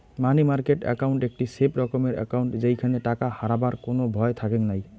মানি market account একটি safe রকমের account যেইখানে টাকা হারাবার কোনো ভয় থাকেঙ নাই